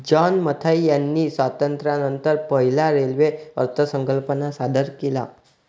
John Mathai यांनी स्वातंत्र्यानंतर पहिला रेल्वे अर्थसंकल्प सादर केला